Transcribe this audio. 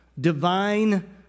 Divine